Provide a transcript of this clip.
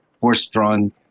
horse-drawn